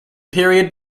period